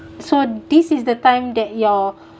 so this is the time that you're